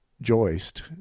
joist